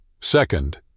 Second